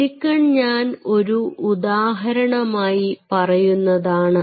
silicon ഞാൻ ഒരു ഉദാഹരണമായി പറയുന്നതാണ്